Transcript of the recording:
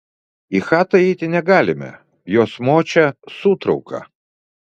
į chatą įeiti negalime jos močia sūtrauka